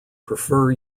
prefer